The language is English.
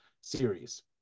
series